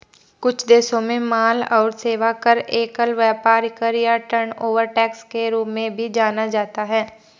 कुछ देशों में माल और सेवा कर, एकल व्यापार कर या टर्नओवर टैक्स के रूप में भी जाना जाता है